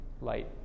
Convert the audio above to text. light